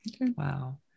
wow